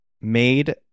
made